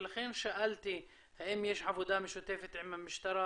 ולכן שאלתי האם יש עבודה משותפת עם המשטרה,